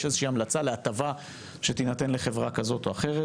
איזו המלצה להטבה שתינתן לחברה כזאת או אחרת.